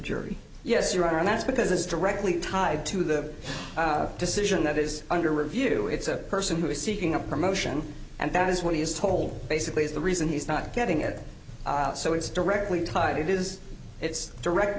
jury yes your honor and that's because it's directly tied to the decision that is under review it's a person who is seeking a promotion and that is what he is told basically is the reason he's not getting it so it's directly tied it is it's direct